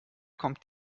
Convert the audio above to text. kommt